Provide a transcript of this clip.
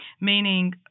meaning